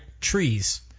Trees